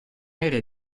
aerea